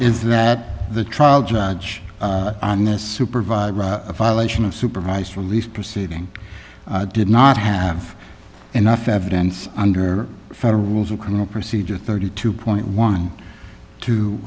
is that the trial judge on a supervised violation of supervised release proceeding did not have enough evidence under federal rules of criminal procedure thirty two point one to